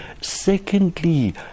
Secondly